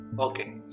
Okay